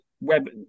web